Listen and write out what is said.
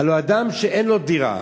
הלוא אדם שאין לו דירה